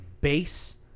base